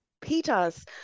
Peter's